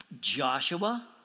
Joshua